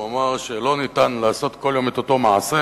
הוא אמר שלא ניתן לעשות כל יום את אותו מעשה